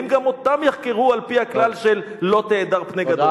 האם גם אותם יחקרו על-פי הכלל "לא תהדר פני גדול"?